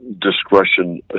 discretion